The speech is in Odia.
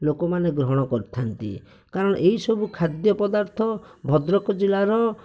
ଲୋକମାନେ ଗ୍ରହଣ କରିଥାନ୍ତି କାରଣ ଏହିସବୁ ଖାଦ୍ୟ ପଦାର୍ଥ ଭଦ୍ରକ ଜିଲ୍ଲାର